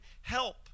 help